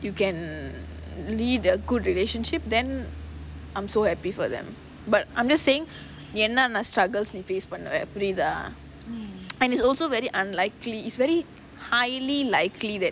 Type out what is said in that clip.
you can lead a good relationship then I'm so happy for them but I'm just saying என்னனா:ennanaa struggles நீ:nee face பண்ணுவ:pannuva and it's also very unlikely it's very highly likely that